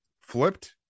flipped